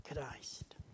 Christ